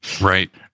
Right